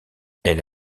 elle